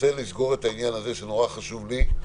רוצה לסגור את הנושא הזה שהוא נורא חשוב לי.